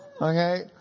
Okay